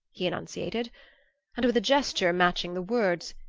he enunciated and, with a gesture matching the words,